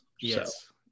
Yes